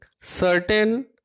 certain